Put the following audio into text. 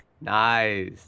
Nice